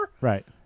Right